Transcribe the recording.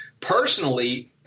Personally